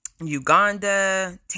Uganda